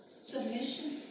submission